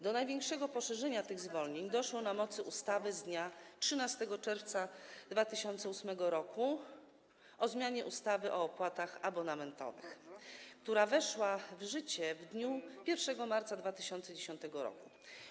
Do największego poszerzenia tych zwolnień doszło na mocy ustawy z dnia 13 czerwca 2008 r. o zmianie ustawy o opłatach abonamentowych, która weszła w życie w dniu 1 marca 2010 r.